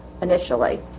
initially